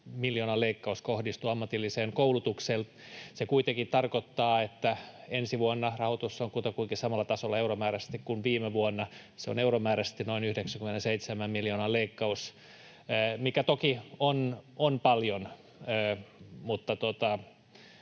miljoonan leikkaus kohdistuu ammatilliseen koulutukseen. Se kuitenkin tarkoittaa, että ensi vuonna rahoitus on kutakuinkin samalla tasolla euromääräisesti kuin viime vuonna. Se on euromääräisesti noin 97 miljoonan leikkaus, mikä toki on paljon,